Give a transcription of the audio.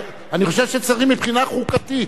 אני חושב שצריך מבחינה חוקתית.